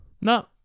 No